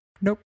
Nope